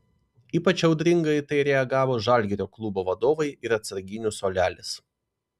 ypač audringai į tai reagavo žalgirio klubo vadovai ir atsarginių suolelis